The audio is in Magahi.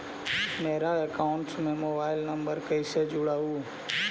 मेरा अकाउंटस में मोबाईल नम्बर कैसे जुड़उ?